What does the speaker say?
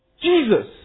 Jesus